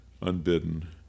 unbidden